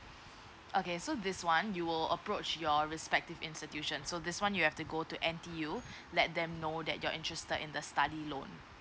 okay so this one you will approach your respective institution so this one you have to go to N_T_U let them know that you're interested in the study loan